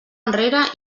enrere